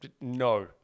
no